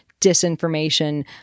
disinformation